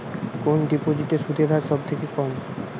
কোন ডিপোজিটে সুদের হার সবথেকে কম?